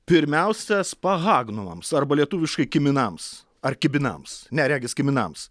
pirmiausia spahagnovams arba lietuviškai kiminams ar kibinams ne regis kiminams